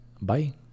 Bye